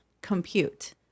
compute